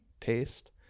taste